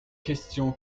question